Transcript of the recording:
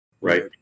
right